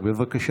זנדברג, בבקשה.